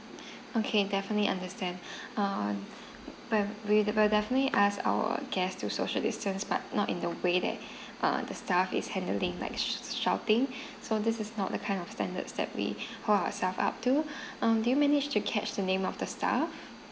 okay definitely understand uh where we~ we'll definitely ask our guest to social distance but not in the way that uh the staff is handling like sh~ shouting so this is not the kind of standards that we hold ourselves up to um do you manage to catch the name of the staff